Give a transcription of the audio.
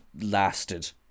lasted